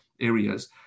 areas